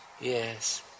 Yes